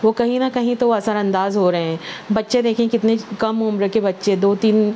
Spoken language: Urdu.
وہ کہیں نہ کہیں تو اثر انداز ہو رہے ہیں بچے دیکھیں کتنے کم عمر کے بچے دو تین